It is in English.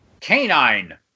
canine